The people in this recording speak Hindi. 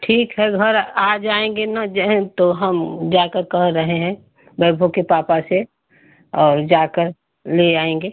ठीक है घर आ जाएँगे ना जहें तो हम जाकर कह रहे हैं वैभव के पापा से और जाकर ले आएँगे